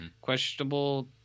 questionable